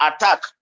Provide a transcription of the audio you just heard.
attack